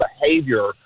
behavior